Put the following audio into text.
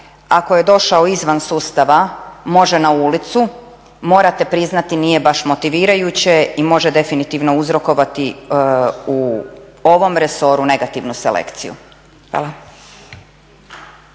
ako je došao izvan sustava može na ulicu, morate priznati nije baš motivirajuće i može definitivno uzrokovati u ovom resoru negativno selekciju. Hvala.